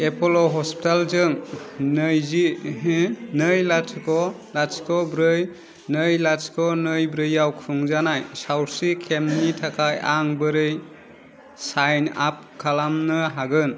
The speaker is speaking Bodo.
एपल' हस्पिटालजों नैजि नै लाथिख' लाथिख' ब्रै नै लाथिख' नै ब्रैयाव खुंजानाय सावस्रि खेमनि थाखाय आं बोरै साइनआप खालामनो हागोन